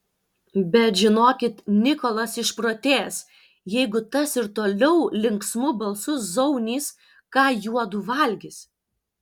bet žinokit nikolas išprotės jeigu tas ir toliau linksmu balsu zaunys ką juodu valgys